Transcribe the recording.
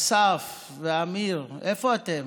אסף ואמיר, איפה אתם?